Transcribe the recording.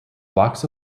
blocks